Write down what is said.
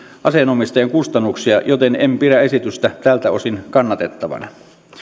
aseen omistajan kustannuksia joten en pidä esitystä tältä osin kannatettavana